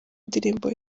ndirimbo